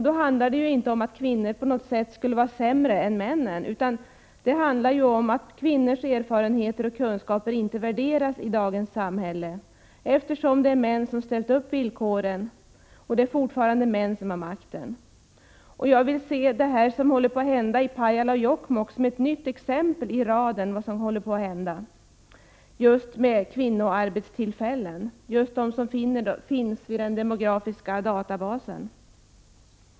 Då handlar det inte om att kvinnor på något sätt skulle vara sämre än männen, utan det handlar om att kvinnors erfarenheter och kunskaper inte värderas i dagens samhälle, eftersom det är män som har ställt upp villkoren och det fortfarande är män som har makten. Jag vill se det som håller på att hända i Pajala och Jokkmokk beträffande arbetstillfällena vid den demografiska databasen som ett nytt exempel i raden av exempel på vad som håller på att hända i fråga om kvinnoarbetstillfällen.